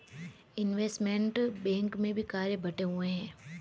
investment bank में भी कार्य बंटे हुए हैं